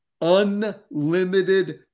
Unlimited